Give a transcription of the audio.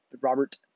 Robert